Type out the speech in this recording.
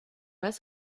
pas